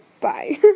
bye